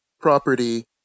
property